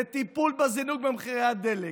לטפל בזינוק במחירי הדלק,